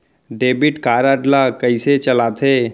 Debit card ला कइसे चलाते?